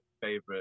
favorite